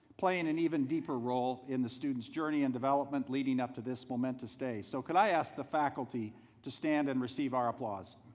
playing an even deeper role in the students' journey and development leading up to this momentous day. so, could i ask the faculty to stand and receive our applause.